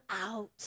out